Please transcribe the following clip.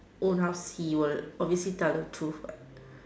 own house he will obviously tell the truth what